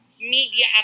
media